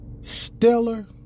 Stellar